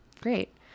Great